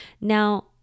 Now